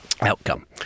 outcome